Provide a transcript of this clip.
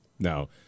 No